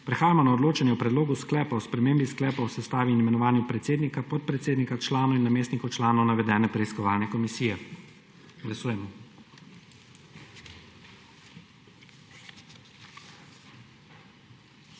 Prehajamo na odločanje o Predlogu sklepa o spremembi sklepa o sestavi in imenovanju predsednika, podpredsednika, članov in namestnikov članov navedene preiskovalne komisije. Glasujemo.